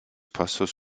pastors